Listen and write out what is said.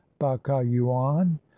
Bacayuan